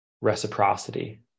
reciprocity